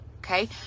okay